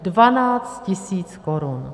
Dvanáct tisíc korun.